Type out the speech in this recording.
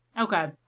Okay